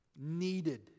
needed